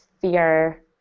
fear